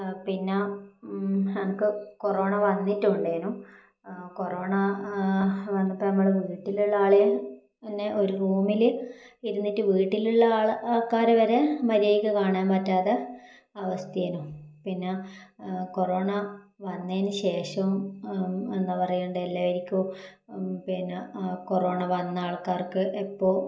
പിന്നെ എനിക്ക് കൊറോണ വന്നിട്ടുണ്ടേനു കൊറോണ വന്നപ്പം നമ്മൾ വീട്ടിലുള്ള ആളെ തന്നെ ഒരു റൂമിൽ ഇരുന്നിട്ട് വീട്ടിലുള്ള ആൾക്കാരെ വരെ മര്യാദയ്ക്ക് കാണാൻ പറ്റാത്ത അവസ്ഥയേനു പിന്നെ കൊറോണ വന്നതിന് ശേഷം എന്താണ് പറയേണ്ടത് എല്ലാവർക്കും പിന്നെ കൊറോണ വന്ന ആൾക്കാർക്ക് ഇപ്പോൾ